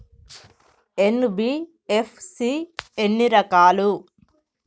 NBFC ఎన్ని రకాలు?